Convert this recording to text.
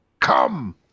come